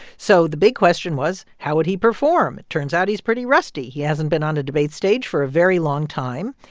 so the big question was, how would he perform? turns out he's pretty rusty. he hasn't been on a debate stage for a very long time,